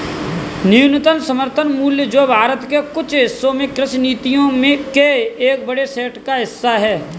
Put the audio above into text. न्यूनतम समर्थन मूल्य जो भारत के कुछ हिस्सों में कृषि नीतियों के एक बड़े सेट का हिस्सा है